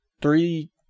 Three